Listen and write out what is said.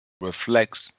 reflects